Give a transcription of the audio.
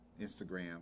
instagram